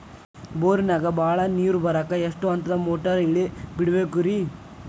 ಬೋರಿನಾಗ ಬಹಳ ನೇರು ಬರಾಕ ಎಷ್ಟು ಹಂತದ ಮೋಟಾರ್ ಇಳೆ ಬಿಡಬೇಕು ರಿ?